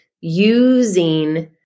Using